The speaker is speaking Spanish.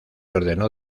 ordenó